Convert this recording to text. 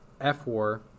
F-War